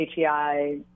HEI